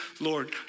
Lord